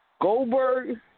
Goldberg